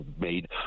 made